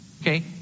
Okay